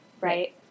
right